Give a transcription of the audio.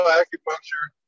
acupuncture